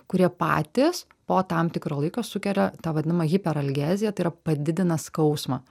kurie patys po tam tikro laiko sukeria tą vadinamą hiperalgeziją tai yra padidina skausmą